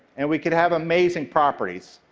and we could have amazing properties.